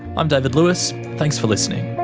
i'm david lewis, thanks for listening